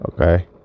Okay